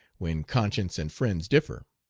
when conscience and friends differ.